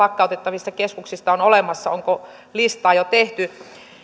lakkautettavista keskuksista on olemassa onko listaa jo tehty